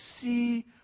see